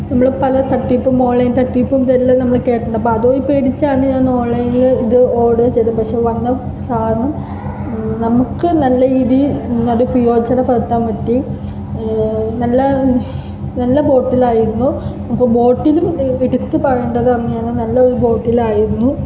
നമ്മൾ പല തട്ടിപ്പും ഓണ്ലൈന് തട്ടിപ്പും ഇതെല്ലാം നമ്മൾ കേട്ടിട്ടുണ്ട് അതും പേടിച്ചാണ് ഞാന് ഓണ്ലൈന്ൽ ഇത് ഓര്ഡര് ചെയ്തത് പക്ഷേ വന്ന സാധനം നമുക്ക് നല്ല രീതിയില് അത് പയോജനപ്പെടുത്താന് പറ്റി നല്ല നല്ല ബോട്ടില് ആയിരുന്നു ഇത് ബോട്ടില് എടുത്ത് പറയേണ്ടത് തന്നെയാണ് നല്ല ഒരു ബോട്ടിലായിരുന്നു